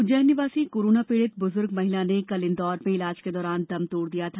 उज्जैन निवासी कोरोना पीडित ब्रजूर्ग महिला ने कल इंदौर में इलाज के दौरान दम तोड़ दिया था